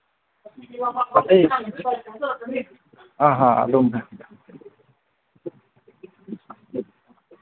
ꯑꯩ ꯑ ꯑ ꯑꯗꯨꯝ